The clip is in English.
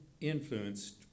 influenced